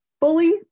fully